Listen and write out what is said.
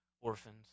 orphans